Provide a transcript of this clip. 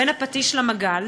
"בין הפטיש למגל",